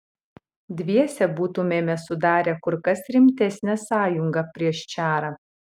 dviese būtumėme sudarę kur kas rimtesnę sąjungą prieš čarą